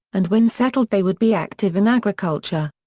and when settled they would be active in agriculture.